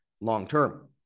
long-term